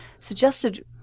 suggested